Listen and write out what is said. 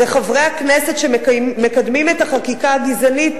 זה חברי הכנסת שמקדמים את החקיקה הגזענית,